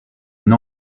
une